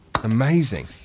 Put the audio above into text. amazing